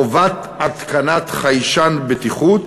(חובת התקנת חיישן בטיחות),